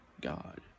God